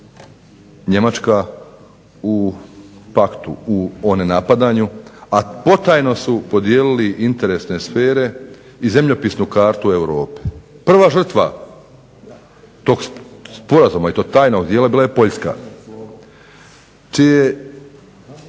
Njemačka u paktu o nenapadanju, a potajno su podijelili interesne sfere i zemljopisnu kartu Europe. Prva žrtva tog sporazuma i to tajnog dijela bila je Poljska čije